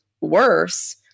worse